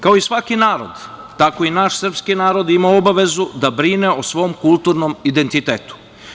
Kao i svaki narod, tako i naš srpski narod ima obavezu da brine o svom kulturnom identitetu.